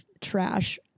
trash